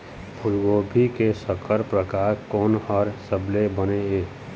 फूलगोभी के संकर परकार कोन हर सबले बने ये?